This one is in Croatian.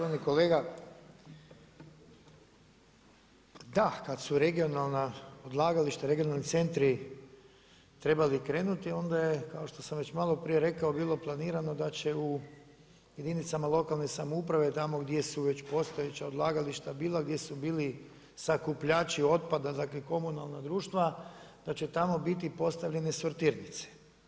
Štovani kolega, da kad su regionalna odlagališta, regionalni centri trebali krenuti onda je kao što sam već malo prije rekao bilo planirano da će u jedinicama lokalne samouprave, tamo gdje su već postojeća odlagališta bila, gdje su bili sakupljači otpada, dakle komunalna društva, da će tamo biti postavljene sortirnice.